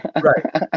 right